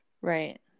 Right